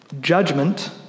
Judgment